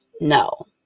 no